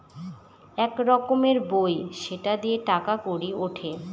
এক রকমের বই সেটা দিয়ে টাকা কড়ি উঠে